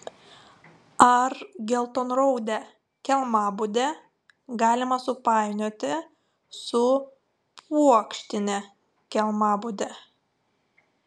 ar geltonraudę kelmabudę galima supainioti su puokštine kelmabude